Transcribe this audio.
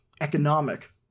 economic